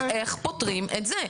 איך פותרים את זה?